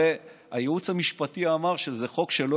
הרי הייעוץ המשפטי אמר שזה חוק שלא